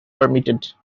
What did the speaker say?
permitted